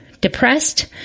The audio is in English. Depressed